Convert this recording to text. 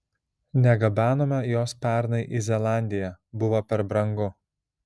negabenome jos pernai į zelandiją buvo per brangu